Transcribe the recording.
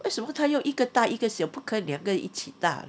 为什么他用一个大一个小不可以两个一起大